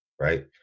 right